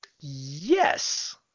yes